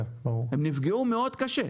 הם נפגעו מאוד קשה.